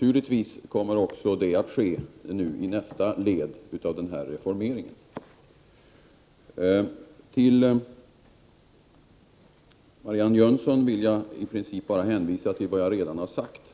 Givetvis kommer också detta att beaktas i nästa led av den här reformeringen. När det gäller Marianne Jönssons inlägg vill jag i princip bara hänvisa till vad jag redan har sagt.